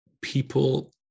people